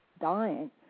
dying